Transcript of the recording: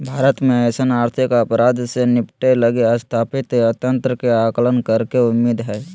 भारत में अइसन आर्थिक अपराध से निपटय लगी स्थापित तंत्र के आकलन करेके उम्मीद हइ